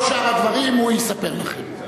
כל שאר הדברים הוא יספר לכם.